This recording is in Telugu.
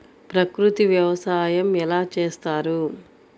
ప్రకృతి వ్యవసాయం ఎలా చేస్తారు?